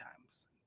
times